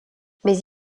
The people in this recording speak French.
mais